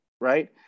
Right